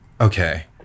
okay